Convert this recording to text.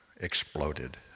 exploded